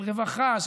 של רווחה,